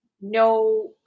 no